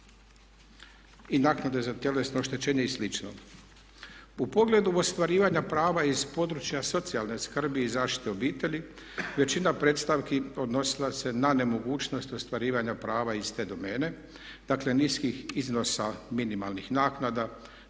naknade za tjelesno oštećenje i slično. U pogledu ostvarivanja prava iz područja socijalne skrbi i zaštite obitelji većina predstavki odnosila se na nemogućnost ostvarivanja prava iz te domene. Dakle, niskih iznosa minimalnih naknada